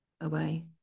away